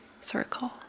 circle